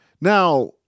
Now